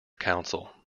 council